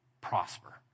prosper